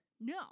no